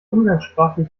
umgangssprachlich